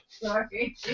Sorry